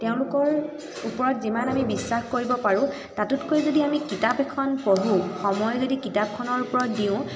তেওঁলোকৰ ওপৰত যিমান আমি বিশ্বাস কৰিব পাৰোঁ তাতোতকৈ যদি আমি কিতাপ এখন পঢ়োঁ সময় যদি কিতাপখনৰ ওপৰত দিওঁ